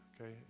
Okay